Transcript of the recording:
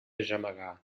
gemegar